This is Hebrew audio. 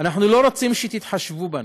אנחנו לא רוצים שתתחשבו בנו,